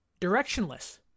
Directionless